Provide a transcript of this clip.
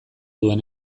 duen